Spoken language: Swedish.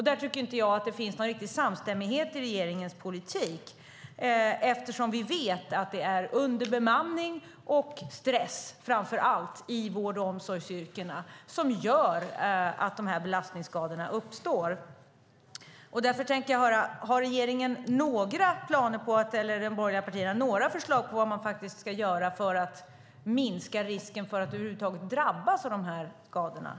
Där tycker jag inte att det finns någon riktig samstämmighet i regeringens politik eftersom vi vet att det är underbemanning och stress framför allt i vård och omsorgsyrkena som gör att belastningsskadorna uppstår. Har regeringen eller de borgerliga partierna några förslag på vad man ska göra för att minska risken att de här skadorna över huvud taget ska uppstå?